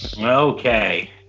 Okay